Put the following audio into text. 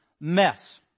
mess